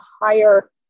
higher